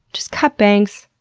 just cut bangs.